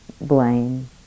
blame